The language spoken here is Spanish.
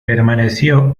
permaneció